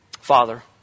Father